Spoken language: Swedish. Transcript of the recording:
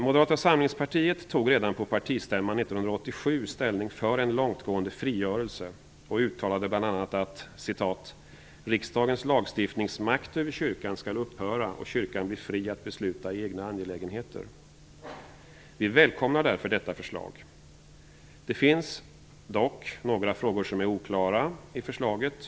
Moderata samlingspartiet tog redan på partistämman 1987 ställning för en långtgående frigörelse och uttalade bl.a. att: "Riksdagens lagstiftningsmakt över kyrkan skall upphöra och kyrkan bli fri att besluta i egna angelägenheter." Vi välkomnar därför detta förslag. Det finns dock några frågor i förslaget som är oklara.